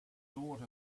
thought